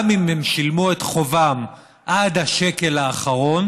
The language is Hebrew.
גם אם הם שילמו את חובם עד השקל האחרון,